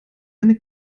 eine